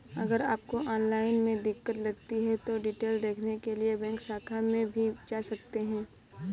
अगर आपको ऑनलाइन में दिक्कत लगती है तो डिटेल देखने के लिए बैंक शाखा में भी जा सकते हैं